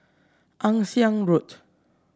Ann Siang Road